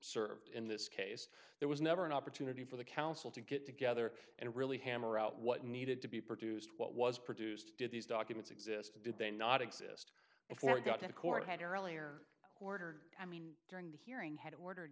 served in this case there was never an opportunity for the counsel to get together and really hammer out what needed to be produced what was produced did these documents exist or did they not exist before it got to the court had earlier ordered i mean during the hearing had ordered